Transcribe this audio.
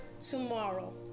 tomorrow